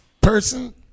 person